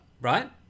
right